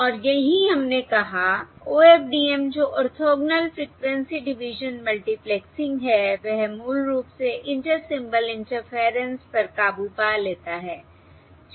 और यही हमने कहा OFDM जो ऑर्थोगोनल फ्रिक्वेंसी डिवीजन मल्टीप्लेक्सिंग है वह मूल रूप से इंटर सिंबल इंटरफेरेंस पर काबू पा लेता है ठीक है